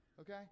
okay